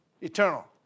Eternal